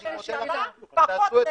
יש --- ראש הממשלה פחות נזק.